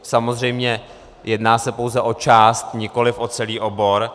Samozřejmě jedná se pouze o část, nikoliv o celý obor.